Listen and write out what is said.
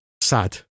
sad